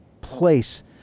place